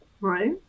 right